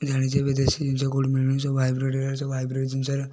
ଆମେ ଜାଣିଛେ ଏବେ ଦେଶୀ ଜିନିଷ କୋଉଠି ମିଳୁନି ସବୁ ହାଇବ୍ରିଡ଼୍ରେ ସବୁ ହାଇବ୍ରିଡ଼୍ ଜିନିଷ ହେଲା